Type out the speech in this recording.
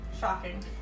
Shocking